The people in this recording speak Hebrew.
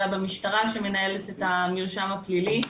אלא במשטרה שמנהלת את המרשם הפלילי.